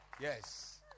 Yes